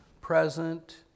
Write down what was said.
present